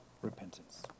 repentance